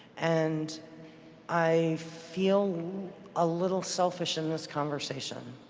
and i feel a little selfish in this conversation.